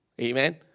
amen